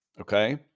okay